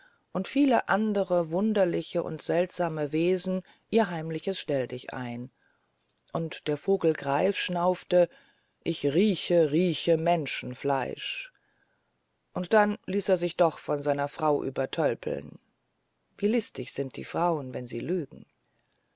und viele andere wunderliche und seltsame wesen ihr heimliches stelldichein und der vogel greif schnaufte ich rieche rieche menschenfleisch aber dann ließ er sich doch von seiner frau übertölpeln wie listig sind die frauen wenn sie lügen